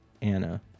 Anna